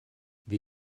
wie